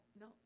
no